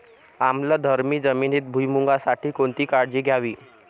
आम्लधर्मी जमिनीत भुईमूगासाठी कोणती काळजी घ्यावी?